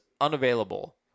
unavailable